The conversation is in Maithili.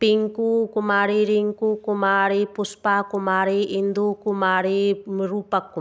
टिंकू कुमारी रिंकू कुमारी पुष्पा कुमारी इंदु कुमारी रूपक